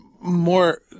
more